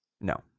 No